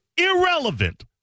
Irrelevant